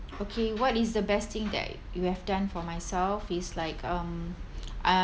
okay what is the best thing that you have done for myself is like um uh